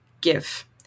give